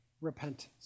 repentance